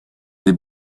they